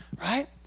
right